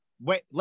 wait